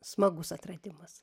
smagus atradimas